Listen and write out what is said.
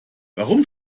warum